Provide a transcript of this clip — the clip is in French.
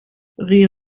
rue